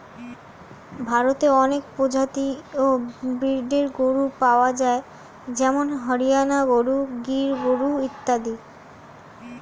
ভারতে অনেক প্রজাতি ও ব্রীডের গরু পাওয়া যায় যেমন হরিয়ানা গরু, গির গরু ইত্যাদি